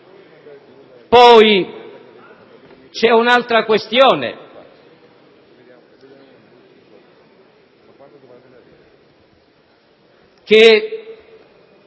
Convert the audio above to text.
Poi c'è un'altra questione che